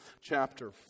chapter